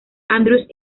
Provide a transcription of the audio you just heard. andrews